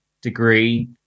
degree